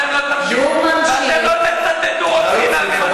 ואתם לא תמשיכו ואתם לא תצטטו רוצחים מעל דוכן הכנסת.